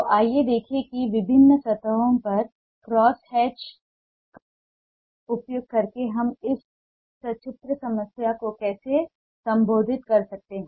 तो आइए देखें कि विभिन्न सतहों पर क्रॉस हैच का उपयोग करके हम इस सचित्र समस्या को कैसे संबोधित कर सकते हैं